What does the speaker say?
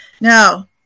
Now